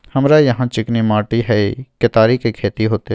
हमरा यहाँ चिकनी माटी हय केतारी के खेती होते?